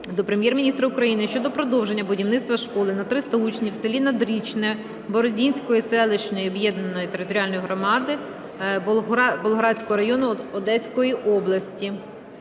до Прем'єр-міністра України щодо продовження будівництва школи на 300 учнів в селі Надрічне Бородінської селищної об'єднаної територіальної громади Болградського району Одеської області.